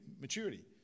maturity